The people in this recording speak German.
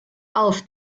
auf